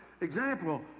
example